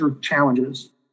challenges